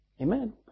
Amen